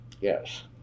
Yes